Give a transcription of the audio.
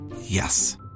Yes